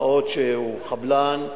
מה עוד שהוא חבלן,